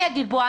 אני אגיד בועה.